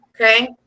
Okay